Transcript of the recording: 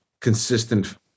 consistent